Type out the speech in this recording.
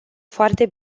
foarte